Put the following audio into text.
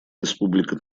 республика